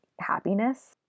happiness